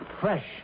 fresh